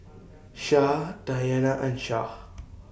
Syah Dayana and Shah